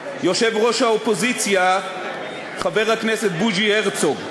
יושב-ראש האופוזיציה חבר הכנסת בוז'י הרצוג.